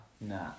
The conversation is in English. Nah